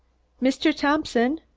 mr. thompson?